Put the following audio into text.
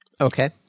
Okay